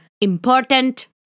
important